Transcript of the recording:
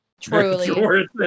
Truly